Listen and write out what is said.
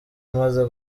amaze